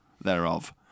thereof